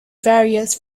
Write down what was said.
various